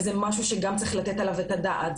וזה משהו שגם צריך לתת עליו את הדעת.